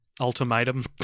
ultimatum